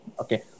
Okay